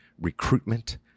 recruitment